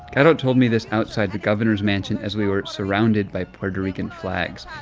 caro don't told me this outside the governor's mansion as we were surrounded by puerto rican flags.